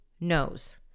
knows